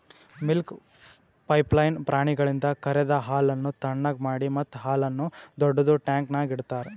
milk pipeline ಪ್ರಾಣಿಗಳಿಂದ ಕರೆದ ಹಾಲನ್ನು ಥಣ್ಣಗ್ ಮಾಡಿ ಮತ್ತ ಹಾಲನ್ನು ದೊಡ್ಡುದ ಟ್ಯಾಂಕ್ನ್ಯಾಗ್ ಇಡ್ತಾರ